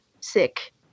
sick